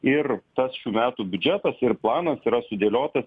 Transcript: ir tas šių metų biudžetas planas yra sudėliotas